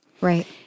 Right